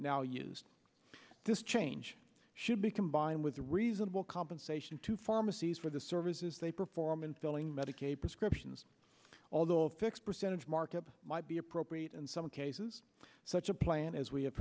now used this change should be combined with a reasonable compensation to pharmacies for the services they perform in filling medicaid prescriptions although a fixed percentage markup might be appropriate in some cases such a plan as we have